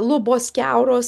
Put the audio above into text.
lubos kiauros